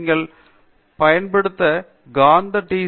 நீங்கள் பயன்பாடு சார்த்த டி